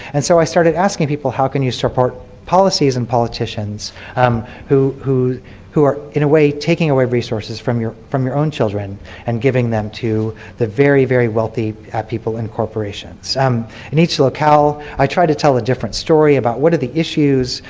and so i started asking people how can you support policies and politicians um who who are in a way taking away resources from your from your own children and giving them to the very, very wealthy people and corporations. um in each locale, i try to tell a different story about what are the issues,